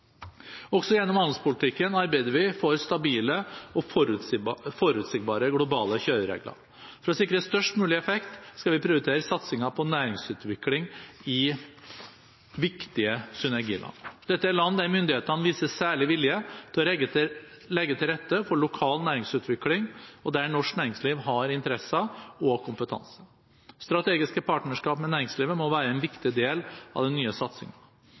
Også gjennom handelspolitikken arbeider vi for stabile og forutsigbare globale kjøreregler. For å sikre størst mulig effekt skal vi prioritere satsingen på næringsutvikling i viktige synergiland. Dette er land der myndighetene viser særlig vilje til å legge til rette for lokal næringsutvikling, og der norsk næringsliv har interesser og kompetanse. Strategiske partnerskap med næringslivet må være en viktig del av den nye satsingen.